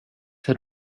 had